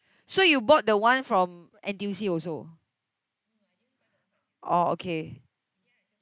so you bought the one from N_T_U_C also oh okay